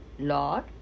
Lord